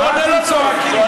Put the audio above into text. מה אתם צועקים?